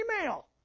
email